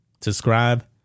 Subscribe